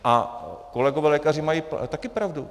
A kolegové lékaři mají také pravdu.